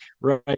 right